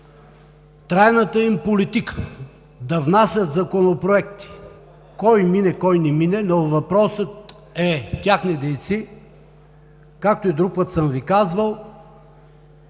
трайната им политика, да внасят законопроект – кой мине, кой не мине. Но въпросът е – техни дейци, както и друг път съм Ви казвал,